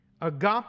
Agape